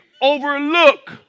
Overlook